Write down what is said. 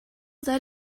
that